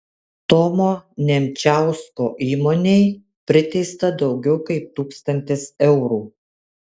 tomo nemčiausko įmonei priteista daugiau kaip tūkstantis eurų